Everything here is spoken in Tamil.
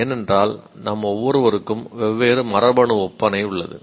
ஏனென்றால் நம் ஒவ்வொருவருக்கும் வெவ்வேறு மரபணு ஒப்பனை உள்ளது